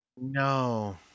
no